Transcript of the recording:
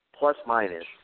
plus-minus